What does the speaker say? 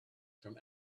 from